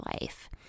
life